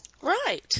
Right